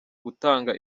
gutanga